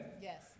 Yes